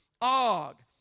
Og